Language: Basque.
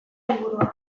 helburua